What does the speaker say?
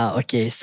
okay